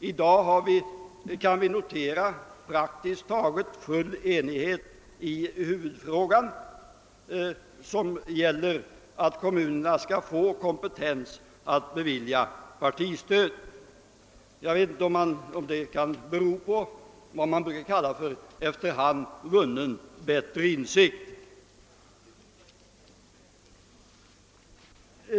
I dag kan vi notera praktiskt taget full enighet i huvudfrågan — att kommunerna skall få kompetens att bevilja partistöd. Jag vet inte om detta kan bero på vad man brukar kalla efter hand vunnen bättre insikt.